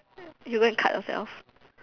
you go and cut yourself